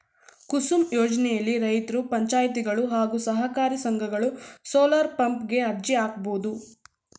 ಕುಸುಮ್ ಯೋಜ್ನೆಲಿ ರೈತ್ರು ಪಂಚಾಯತ್ಗಳು ಹಾಗೂ ಸಹಕಾರಿ ಸಂಘಗಳು ಸೋಲಾರ್ಪಂಪ್ ಗೆ ಅರ್ಜಿ ಹಾಕ್ಬೋದು